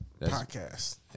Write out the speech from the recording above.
podcast